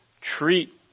treat